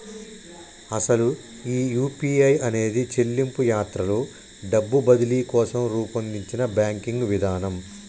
అసలు ఈ యూ.పీ.ఐ అనేది చెల్లింపు యాత్రలో డబ్బు బదిలీ కోసం రూపొందించిన బ్యాంకింగ్ విధానం